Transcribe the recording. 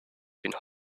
been